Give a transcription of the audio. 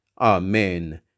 Amen